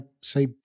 say